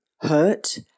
hurt